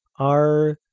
are,